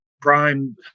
prime